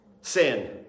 sin